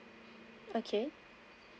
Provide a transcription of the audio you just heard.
okay